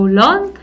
long